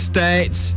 States